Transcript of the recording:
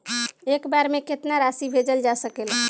एक बार में केतना राशि भेजल जा सकेला?